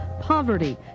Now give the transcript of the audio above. poverty